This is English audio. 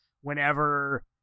whenever